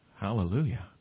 Hallelujah